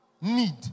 need